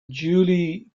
julie